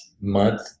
month